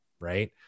right